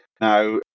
now